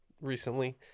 recently